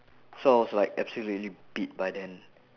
so I was like absolutely beat by then